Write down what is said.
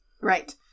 Right